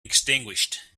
extinguished